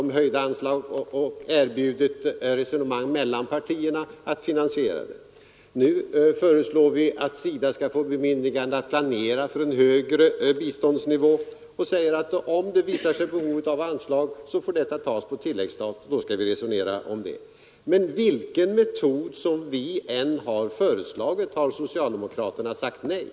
Likaså har vi föreslagit upptagande av resonemang mellan partierna för att få de höjda anslagen finansierade. Och nu föreslår vi att SIDA skall få bemyndigande att planera för en högre biståndsnivå, och vi säger att om det visar sig föreligga behov av ytterligare anslag får det tas på tilläggsstat, och då skall vi resonera om det. Men vilken metod vi än har föreslagit har socialdemokraterna sagt nej.